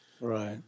Right